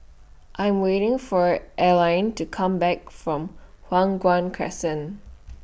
I Am waiting For Arline to Come Back from Hua Guan Crescent